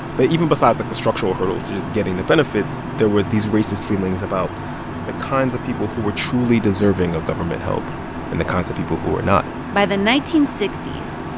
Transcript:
but even besides, like, the structural hurdles to just getting the benefits, there were these racist feelings about the kinds of people who were truly deserving of government hope and the kinds of people who were not by the nineteen sixty s,